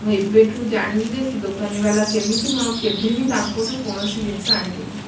ମୁଁ ଏବେଠୁ ଜାଣିଲି ଯେ ସେ ଦୋକାନୀବାଲା କେମିତି ମୁଁ ଆଉ କେଭେବି ତାଙ୍କଠୁ କୌଣସି ଜିନିଷ ଆଣିବିନି